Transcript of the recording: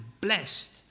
blessed